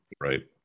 right